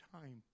time